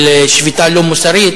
על שביתה לא מוסרית.